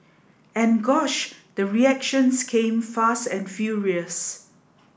and gosh the reactions came fast and furious